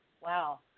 wow